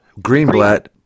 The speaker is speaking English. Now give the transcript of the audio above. Greenblatt